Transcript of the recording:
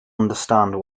understand